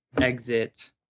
exit